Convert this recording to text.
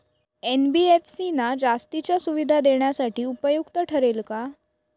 NBFC ना जास्तीच्या सुविधा देण्यासाठी उपयुक्त ठरेल का?